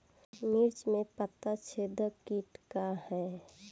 मिर्च में पता छेदक किट का है?